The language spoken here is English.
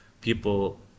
People